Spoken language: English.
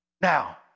Now